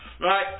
right